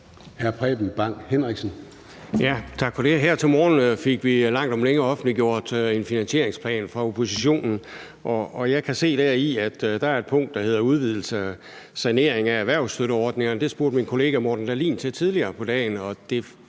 Her til morgen fik vi langt om længe offentliggjort en finansieringsplan fra oppositionens side, og jeg kan se deri, at der er et punkt, der hedder »Udvidelse af sanering af erhvervsstøtteordningerne«. Det spurgte min kollega Morten Dahlin til tidligere på dagen,